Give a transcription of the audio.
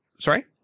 Sorry